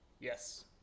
Yes